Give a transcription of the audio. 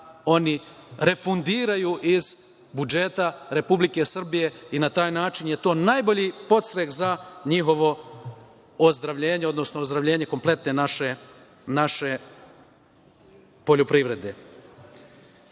oni refundiraju iz budžeta Republike Srbije i na taj način je to najbolji podstrek za njihovo ozdravljenje, odnosno ozdravljenje kompletne naše poljoprivrede. Ovaj,